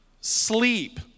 sleep